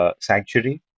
sanctuary